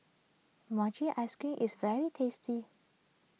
Mochi Ice Cream is very tasty